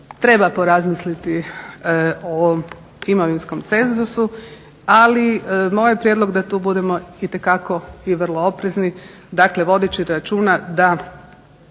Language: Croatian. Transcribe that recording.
treba porazmisliti o ovom imovinskom cenzusu ali moj je prijedlog da tu budemo itekako i vrlo oprezni, dakle vodeći računa da